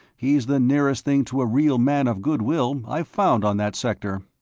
he's the nearest thing to a real man of good will i've found on that sector.